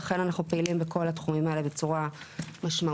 ואכן אנחנו פעילים בכל התחומים האלו בצורה משמעותית.